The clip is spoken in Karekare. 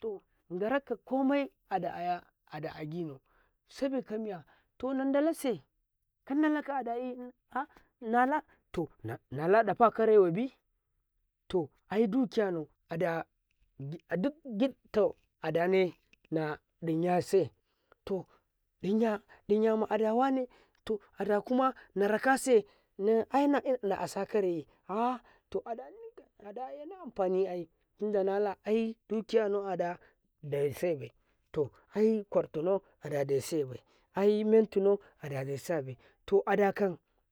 to ah daraka kamai ada oginau sabika miya to nadda lase kanda laka adayi ah nala to ɗafaka rewobi to ai duki yanau a duk gitta adane nadin yase to din ya ma'ada wane ada kuma nara ka se na'asa karayi ah ada ekaamfani ai nala aidu kiyanau ada dai sebai to ai ƙwarai to tinau adadai sebai aye mentinau ada dene bai dai sabai to adakan.